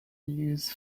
use